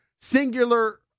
singular